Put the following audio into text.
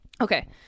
Okay